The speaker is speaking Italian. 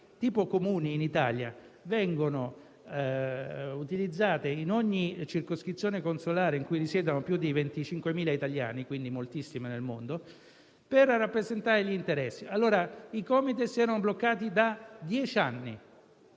come i Comuni in Italia, vengono utilizzate in ogni circoscrizione consolare in cui risiedono più di 25.000 italiani - quindi moltissime nel mondo - per rappresentarne gli interessi. I Comites erano bloccati da dieci anni.